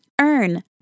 Earn